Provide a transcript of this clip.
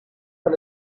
per